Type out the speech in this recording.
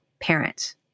parent